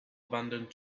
abandoned